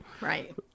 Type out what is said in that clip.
Right